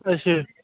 ਅੱਛਾ